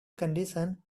condition